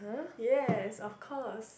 yes of course